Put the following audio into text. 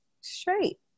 straight